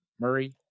Murray